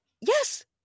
yes